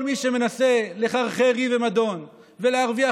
כל מי שמנסה לחרחר ריב ומדון ולהרוויח